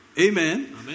Amen